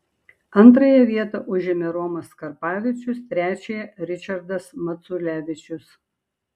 antrąją vietą užėmė romas karpavičius trečiąją ričardas maculevičius